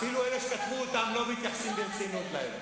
אפילו אלה שכתבו אותן לא מתייחסים אליהן ברצינות.